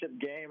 game